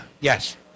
Yes